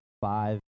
five